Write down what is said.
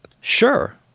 Sure